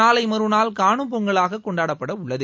நாளை மறுநாள் காணும் பொங்கலாக கொண்டாடப்பட உள்ளது